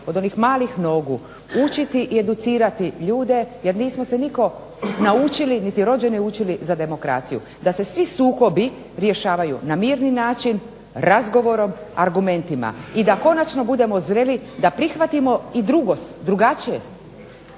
od onih malih nogu učiti i educirati ljude jer nismo se nitko naučili niti rođeni učili za demokraciju, da se svi sukobi rješavaju na mirni način, razgovorom, argumentima i da konačno budemo zreli, da prihvatimo i drugačije,